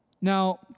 Now